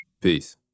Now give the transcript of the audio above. Peace